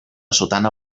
sotana